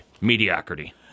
Mediocrity